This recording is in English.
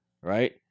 right